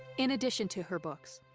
in addition to her books,